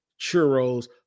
churros